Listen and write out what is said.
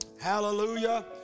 hallelujah